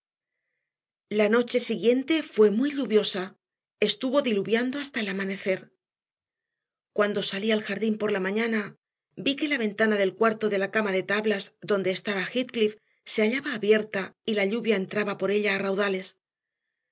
la noche siguiente fue muy lluviosa estuvo diluviando hasta el amanecer cuando salí al jardín por la mañana vi que la ventana del cuarto de la cama de tablas donde estaba heathcliff se hallaba abierta y la lluvia entraba por ella a raudales